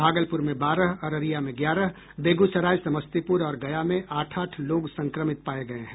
भागलपुर में बारह अररिया में ग्यारह बेगूसराय समस्तीपुर और गया में आठ आठ लोग संक्रमित पाये गये हैं